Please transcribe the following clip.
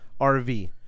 RV